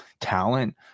talent